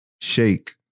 shake